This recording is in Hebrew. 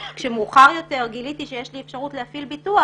מאוחר יותר גיליתי שיש לי אפשרות להפעיל ביטוח